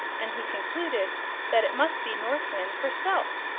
and he concluded that it must be north wind herself,